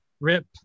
Rip